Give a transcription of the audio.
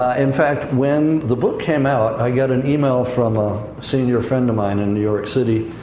ah in fact, when the book came out, i got an email from a senior friend of mine in new york city,